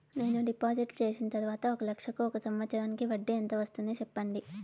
నేను డిపాజిట్లు చేసిన తర్వాత ఒక లక్ష కు ఒక సంవత్సరానికి వడ్డీ ఎంత వస్తుంది? సెప్పండి?